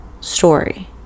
story